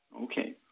Okay